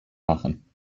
machen